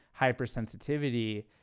hypersensitivity